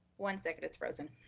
one second, it's frozen.